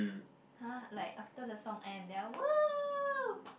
!huh! like after the song end then I !whoo!